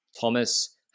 Thomas